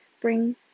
bring